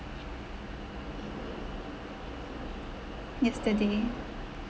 yesteday